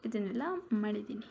ಇದನ್ನೆಲ್ಲ ಮಾಡಿದ್ದೀನಿ